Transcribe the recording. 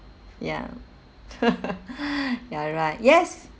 ya ya right yes